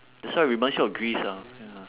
that's why it reminds you of greece ah ya